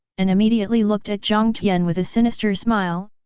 and immediately looked at jiang tian with a sinister smile,